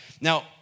Now